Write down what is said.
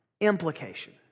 implication